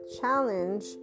challenge